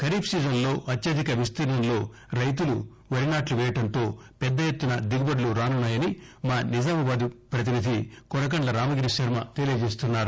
ఖరీఫ్ సీజన్లో అత్యధిక విస్తీర్ణంలో రైతులు వరి నాట్లు వేయడంతో పెద్ద ఎత్తున దిగుబడులు రానున్నాయని మా నిజామాబాద్ పతినిధి కొడకండ్ల రామగిరి శర్మ తెలియజేస్తున్నారు